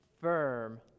firm